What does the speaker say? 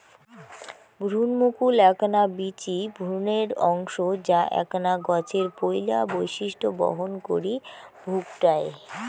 ভ্রুণমুকুল এ্যাকনা বীচি ভ্রূণের অংশ যা এ্যাকনা গছের পৈলা বৈশিষ্ট্য বহন করি ভুকটায়